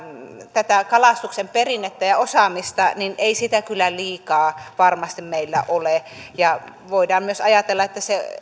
tätä kalastuksen perinnettä ja osaamista ei kyllä liikaa varmasti meillä ole voidaan myös ajatella että se